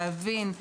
להבין,